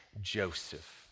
Joseph